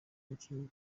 umukinnyi